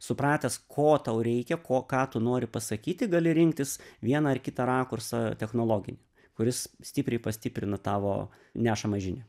supratęs ko tau reikia ko ką tu nori pasakyti gali rinktis vieną ar kitą rakursą technologinį kuris stipriai pastiprina tavo nešamą žinią